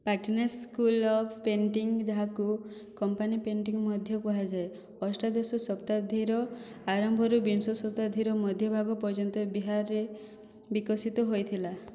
Patna school of painting ଯାହାକୁ company painting ମଧ୍ୟ କୁହାଯାଏ ଅଷ୍ଟାଦଶ ଶତାବ୍ଦୀର ଆରମ୍ଭରୁ ବିଂଶ ଶତାବ୍ଦୀର ମଧ୍ୟଭାଗ ପର୍ଯ୍ୟନ୍ତ ବିହାରରେ ବିକଶିତ ହୋଇଥିଲା